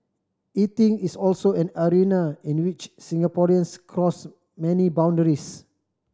eating is also an arena in which Singaporeans cross many boundaries